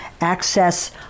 access